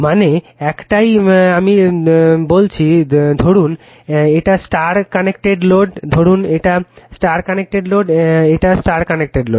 মানে একটাই Refer Time 1246 আমি বলছি ধরুন এটা স্টার কানেক্টেড লোড ধরুন এটা স্টার কানেক্টেড লোড এটা স্টার কানেক্টেড লোড